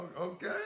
okay